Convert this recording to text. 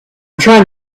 trying